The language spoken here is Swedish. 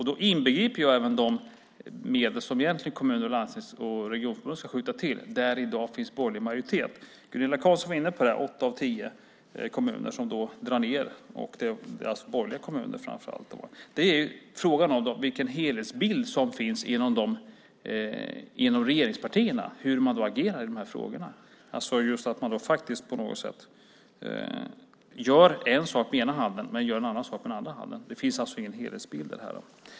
Då inbegriper jag även de medel som egentligen kommuner, landsting och Regionförbundet ska skjuta till där det i dag finns borgerlig majoritet. Gunilla Carlsson var inne på detta. Åtta av tio kommuner drar ned. Det är framför allt borgerliga kommuner. Frågan är vilken helhetsbild som finns inom regeringspartierna och hur man agerar i frågan. Man gör en sak med ena handen och en annan sak med den andra. Det finns ingen helhetsbild.